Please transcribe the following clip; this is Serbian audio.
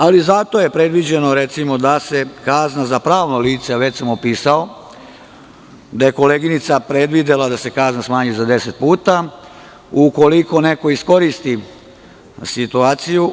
Ali, zato je predviđeno, recimo da se kazna za pravno lice, da je koleginica predvidela, smanji za 10 puta, ukoliko neko iskoristi situaciju.